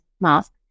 mask